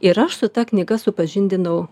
ir aš su ta knyga supažindinau